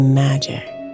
magic